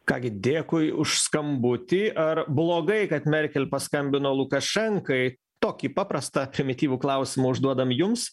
ką gi dėkui už skambutį ar blogai kad merkel paskambino lukašenkai tokį paprastą primityvų klausimą užduodam jums